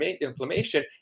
inflammation